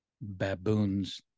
baboons